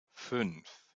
fünf